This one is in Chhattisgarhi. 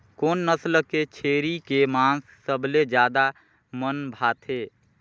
कोन नस्ल के छेरी के मांस सबले ज्यादा मन भाथे?